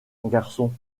garçon